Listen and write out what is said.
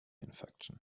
infection